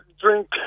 drink